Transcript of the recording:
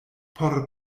por